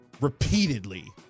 repeatedly